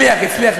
הצליח, הצליח.